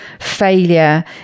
failure